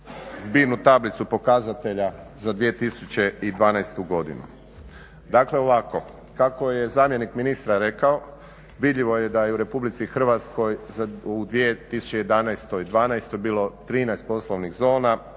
zbirnu tablicu pokazatelja za 2012. godinu. Dakle ovako, kako je zamjenik ministra rekao vidljivo je da je u RH u 2011. i 2012. bilo 13 poslovnih zona.